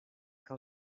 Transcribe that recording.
que